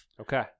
Okay